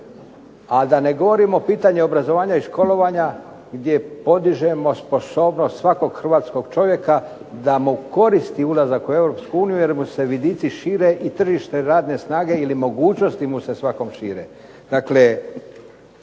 A da ne govorimo o pitanju obrazovanja i školovanja gdje podižemo sposobnost svakog hrvatskog čovjeka da mu koristi ulazak u Europsku uniju, jer mu se vidici šire i tržište radne snage ili mogućnosti mu se svake šire.